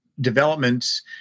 developments